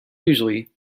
usually